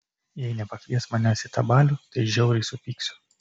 jei nepakvies manęs į tą balių tai žiauriai supyksiu